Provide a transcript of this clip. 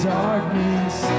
Darkness